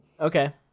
Okay